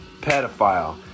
Pedophile